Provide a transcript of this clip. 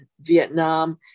Vietnam